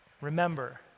remember